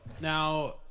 now